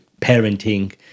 parenting